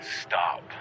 Stop